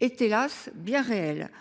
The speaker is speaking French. est, hélas ! bien réelle. Aussi,